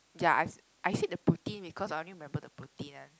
ya I I said the poutine because I only remember the poutine one